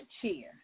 cheer